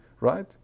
right